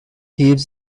heaps